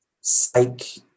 psych